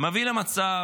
מביא למצב